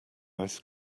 ice